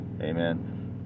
Amen